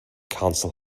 council